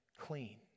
clean